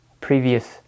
previous